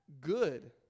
good